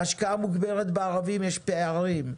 ההשקעה המוגברת בערבים, יש פערים,